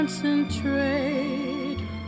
concentrate